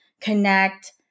connect